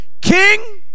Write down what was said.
King